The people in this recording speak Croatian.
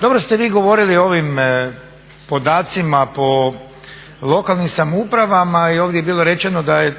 Dobro ste vi govorili o ovim podacima po lokalnim samoupravama i ovdje je bilo rečeno da